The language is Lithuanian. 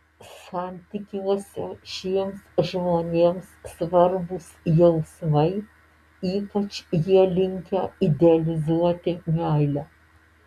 santykiuose šiems žmonėms svarbūs jausmai ypač jie linkę idealizuoti meilę